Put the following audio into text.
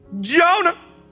Jonah